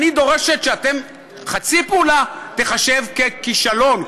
אני דורשת שחצי פעולה תיחשב ככישלון,